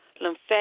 lymphatic